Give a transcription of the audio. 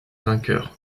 vainqueurs